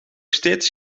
steeds